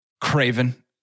Craven